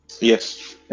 yes